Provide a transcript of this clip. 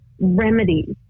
remedies